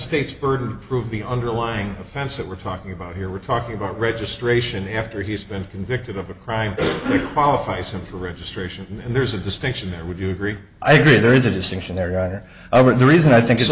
state's bird prove the underlying offense that we're talking about here we're talking about registration after he's been convicted of a crime requalify so for a stray sure there's a distinction there would you agree i agree there is a distinction there over the reason i think it's a